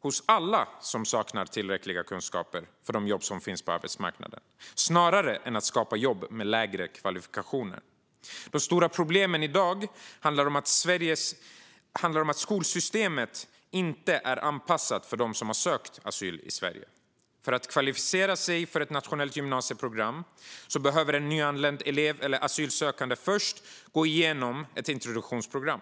hos alla som saknar tillräckliga kunskaper för de jobb som finns på arbetsmarknaden snarare än att skapa jobb med lägre kvalifikationer. De stora problemen i dag handlar om att skolsystemet inte är anpassat för dem som har sökt asyl i Sverige. För att kvalificera sig för ett nationellt gymnasieprogram behöver en nyanländ elev eller asylsökande först gå igenom ett introduktionsprogram.